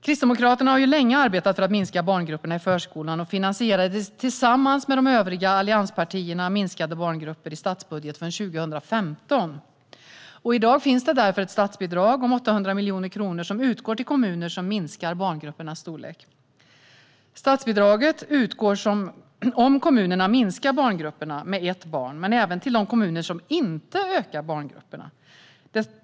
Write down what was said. Kristdemokraterna har ju länge arbetat för att minska barngrupperna i förskolan och finansierade tillsammans med de övriga allianspartierna minskade barngrupper i statsbudgeten för 2015. I dag finns det därför ett statsbidrag om 800 miljoner kronor som utgår till kommuner som minskar barngruppernas storlek. Statsbidraget utgår om kommunerna minskar barngrupperna med ett barn, men även till de kommuner som inte ökar barngrupperna.